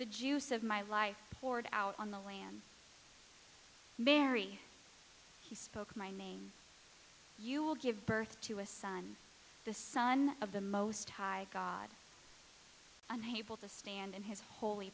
the juice of my life bored out on the land mary he spoke my name you will give birth to a son the son of the most high god unable to stand in his holy